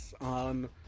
on